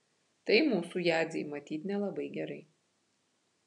tai mūsų jadzei matyt nelabai gerai